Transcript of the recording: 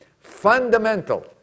fundamental